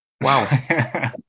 wow